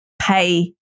pay